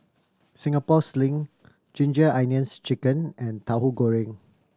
Singapore Sling Ginger Onions Chicken and Tahu Goreng